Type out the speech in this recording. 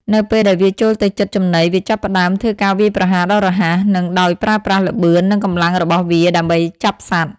នៅពេលដែលវាចូលទៅជិតចំណី វាចាប់ផ្តើម ធ្វើការវាយប្រហារដ៏រហ័ស និងដោយប្រើប្រាស់ល្បឿន និងកម្លាំងរបស់វាដើម្បីចាប់សត្វ។